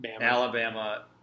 Alabama